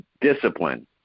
discipline